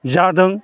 जादों